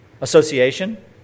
Association